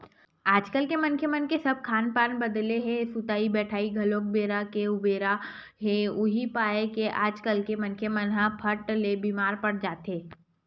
आजकल मनखे मन के सब खान पान बदले हे सुतई बइठई घलोक बेरा के उबेरा हे उहीं पाय के आजकल के मनखे मन ह फट ले बीमार पड़ जाथे